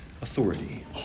authority